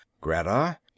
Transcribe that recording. Greta